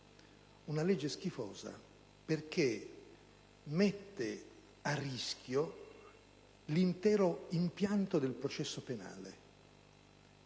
dirlo - schifosa, perché mette a rischio l'intero impianto del processo penale,